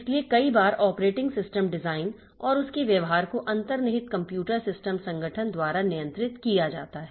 इसलिए कई बार ऑपरेटिंग सिस्टम डिज़ाइन और उसके व्यवहार को अंतर्निहित कंप्यूटर सिस्टम संगठन द्वारा नियंत्रित किया जाता है